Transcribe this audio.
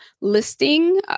listing